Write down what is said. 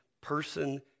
person